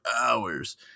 hours